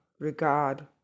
regard